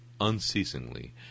unceasingly